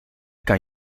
kan